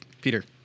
Peter